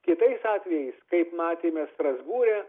kitais atvejais kaip matėme strasbūre